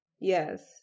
yes